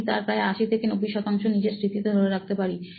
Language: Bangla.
আমি তার প্রায় 80 থেকে 90 শতাংশ নিজের স্মৃতিতে ধরে রাখতে পারি